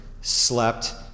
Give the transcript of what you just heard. slept